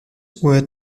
were